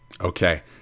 Okay